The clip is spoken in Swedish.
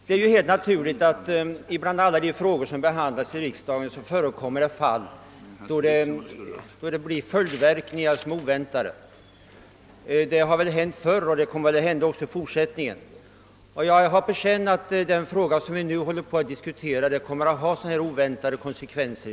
Det är helt naturligt att det bland alla de frågor som behandlas i riksdagen finns sådana som får oväntade följdverkningar. Detta har väl hänt förr och kommer väl också att hända i fortsättningen, och jag har på känn att den fråga som nu diskuteras kommer att få sådana oväntade konsekvenser.